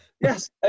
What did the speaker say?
Yes